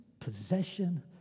possession